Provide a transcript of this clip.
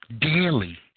daily